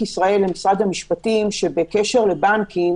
ישראל לבין משרד המשפטים שבקשר לבנקים